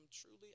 Truly